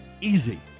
easy